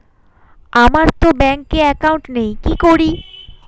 আমারতো ব্যাংকে একাউন্ট নেই কি করি?